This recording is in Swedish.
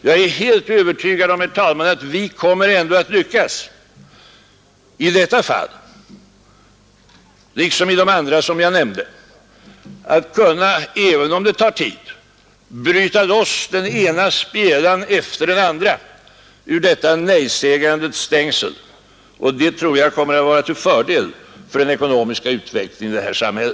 Jag är helt övertygad om, herr talman, att vi ändå i detta fall liksom i de andra som jag nämnde, även om det tar tid, kommer att kunna bryta loss den ena spjälan efter den andra ur detta nejsägandets stängsel. Jag tror att det kommer att vara till fördel för den ekonomiska utvecklingen i vårt samhälle.